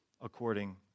according